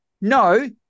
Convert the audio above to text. No